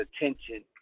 attention